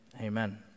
amen